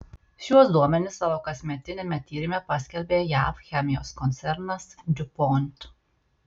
šiuos duomenis savo kasmetiniame tyrime paskelbė jav chemijos koncernas diupont